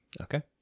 okay